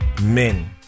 men